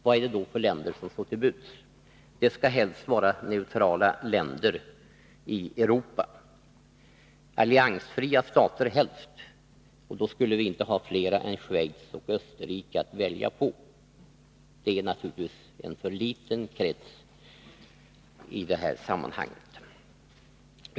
Vad är det då för länder som står till buds? Det skall helst vara neutrala länder i Europa, alliansfria stater helst. Då skulle vi inte ha fler än Schweiz och Österrike att välja på, men det är naturligtvis en för liten krets.